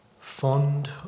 fond